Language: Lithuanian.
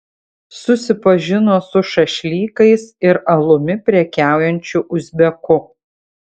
susipažino su šašlykais ir alumi prekiaujančiu uzbeku